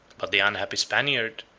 but the unhappy spaniard,